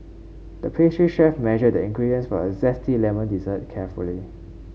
the pastry chef measured the ingredients for a zesty lemon dessert carefully